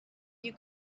you